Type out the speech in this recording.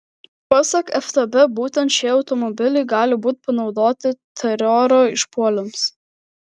pasak ftb būtent šie automobiliai gali būti panaudoti teroro išpuoliams